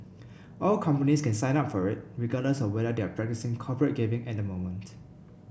all companies can sign up for it regardless of whether they are practising corporate giving at the moment